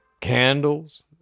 candles